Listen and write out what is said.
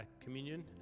communion